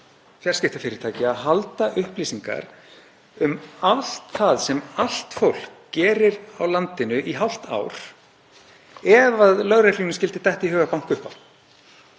fjarskiptafyrirtæki að halda upplýsingar um allt það sem allt fólk gerir á landinu í hálft ár ef lögreglunni skyldi detta í hug að banka upp á.